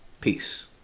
peace